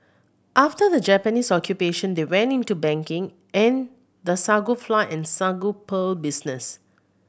after the Japanese Occupation they went into banking and the sago flour and sago pearl business